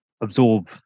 absorb